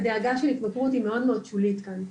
הדאגה של התמכרות היא מאוד שולית כאן,